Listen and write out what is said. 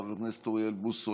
חבר הכנסת אוריאל בוסו,